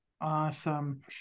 Awesome